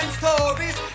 stories